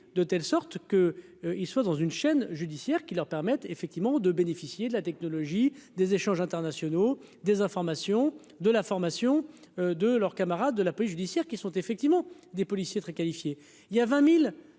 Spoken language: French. de telle sorte que il soit dans une chaîne judiciaire qui leur permettent effectivement de bénéficier de la technologie des échanges internationaux, des informations de la formation de leurs camarades de la police judiciaire qui sont effectivement des policiers très qualifiés.